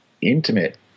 intimate